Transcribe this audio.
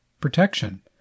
protection